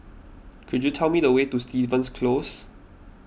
could you tell me the way to Stevens Close